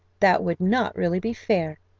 that would not really be fair.